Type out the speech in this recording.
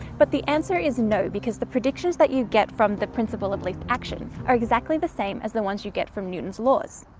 but the answer is no because the predictions that you get from the principle of least actions are exactly the same as the ones you get from newton's laws.